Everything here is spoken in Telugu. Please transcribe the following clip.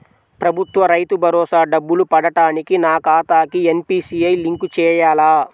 ప్రభుత్వ రైతు భరోసా డబ్బులు పడటానికి నా ఖాతాకి ఎన్.పీ.సి.ఐ లింక్ చేయాలా?